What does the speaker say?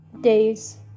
days